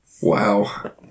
Wow